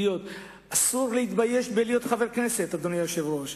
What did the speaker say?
אסור להתבייש להיות חבר הכנסת, אדוני היושב-ראש.